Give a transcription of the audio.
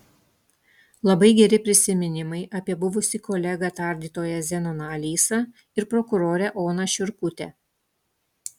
labai geri prisiminimai apie buvusį kolegą tardytoją zenoną alysą ir prokurorę oną šiurkutę